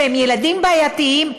שהם ילדים בעייתיים,